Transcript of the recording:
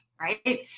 Right